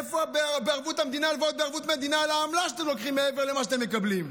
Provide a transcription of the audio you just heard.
איפה ההלוואות בערבות מדינה על העמלה שאתם לוקחים מעבר למה שאתם מקבלים?